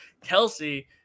Kelsey